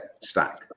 stack